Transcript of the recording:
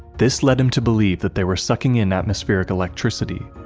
this lead him to believe that they were sucking in atmospheric electricity.